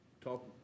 talk